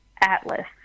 Atlas